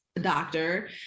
doctor